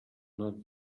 not